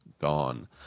gone